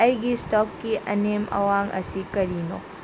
ꯑꯩꯒꯤ ꯏꯁꯇꯣꯛꯀꯤ ꯑꯅꯦꯝ ꯑꯋꯥꯡ ꯑꯁꯤ ꯀꯔꯤꯅꯣ